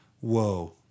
Whoa